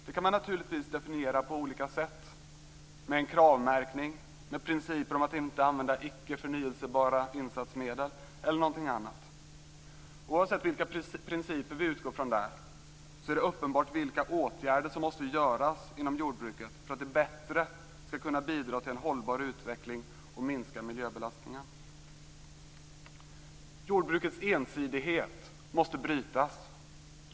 Det kan man naturligtvis definiera på olika sätt, med en Kravmärkning, med principer om att man inte skall använda icke förnyelsebara insatsmedel eller något annat. Oavsett vilka principer som vi utgår från i detta avseende är det uppenbart vilka åtgärder som måste vidtas inom jordbruket för att det bättre skall kunna bidra till en hållbar utveckling och minska miljöbelastningen. Jordbrukets ensidighet måste brytas.